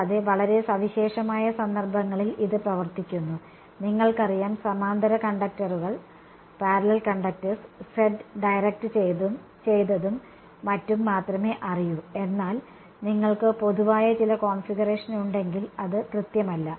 കൂടാതെ വളരെ സവിശേഷമായ സന്ദർഭങ്ങളിൽ ഇത് പ്രവർത്തിക്കുന്നു നിങ്ങൾക്കറിയാം സമാന്തര കണ്ടക്ടറുകൾ Z ഡയറക്ട് ചെയ്തതും മറ്റും മാത്രമേ അറിയൂ എന്നാൽ നിങ്ങൾക്ക് പൊതുവായ ചില കോൺഫിഗറേഷൻ ഉണ്ടെങ്കിൽ അത് കൃത്യമല്ല